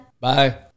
Bye